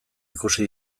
ikusi